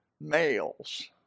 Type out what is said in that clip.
males